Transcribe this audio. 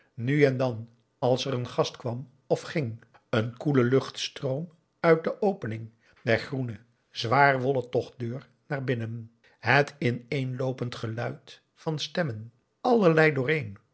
nu en dan als er een gast kwam aum boe akar eel of ging een koele luchtstroom uit de opening der groene zwaarwollen tochtdeur naar binnen het ineenloopend geluid van stemmen allerlei dooreen